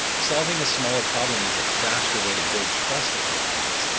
solving a smaller problem is a faster way to build trust with your audience.